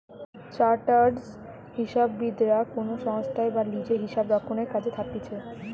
chartered হিসাববিদরা কোনো সংস্থায় বা লিজে হিসাবরক্ষণের কাজে থাকতিছে